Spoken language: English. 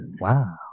wow